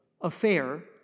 affair